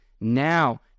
now